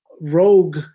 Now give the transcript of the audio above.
rogue